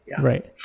right